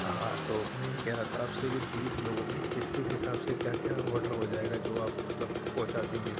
ہاں تو میں یہ کہہ رہا تھا آپ سے کہ تیس لوگوں میں کس کس حساب سے کیا کیا اوڈر ہو جائے گا جو آپ مطلب پہنچا دیں گے